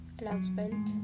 announcement